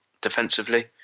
defensively